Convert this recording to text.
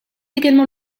également